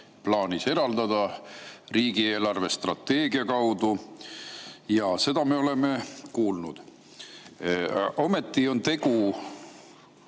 plaanis eraldada riigi eelarvestrateegia kaudu. Jaa, seda me oleme kuulnud. Ometi on tegu